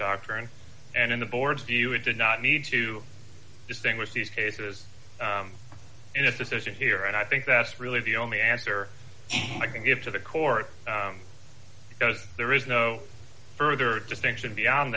doctrine and in the board's view it did not need to distinguish these cases in a decision here and i think that's really the only answer i can give to the court because there is no further distinction beyond